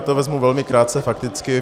Já to vezmu velmi krátce fakticky.